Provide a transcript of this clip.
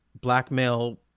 blackmail